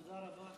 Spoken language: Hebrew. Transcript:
תודה רבה,